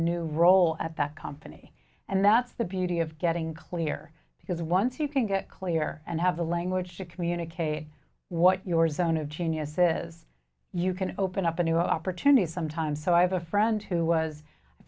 new role at that company and that's the beauty of getting clear because once you can get clear and have the language to communicate what your zone of genius is you can open up a new opportunity sometimes so i have a friend who was